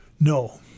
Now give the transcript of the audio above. No